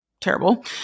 terrible